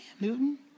Newton